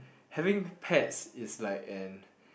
having pets is like an